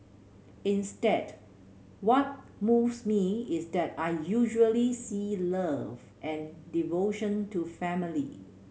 instead what moves me is that I usually see love and devotion to family